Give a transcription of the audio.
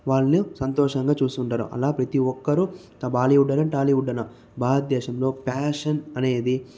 వారిని సంతోషంగా చూసుంటారు అలా ప్రతీ ఒక్కరు బాలీవుడ్ అయినా టాలీవుడ్ అయినా భారతదేశంలో ప్యాషన్ అనేది